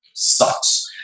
Sucks